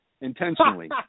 intentionally